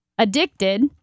Addicted